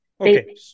Okay